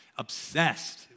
obsessed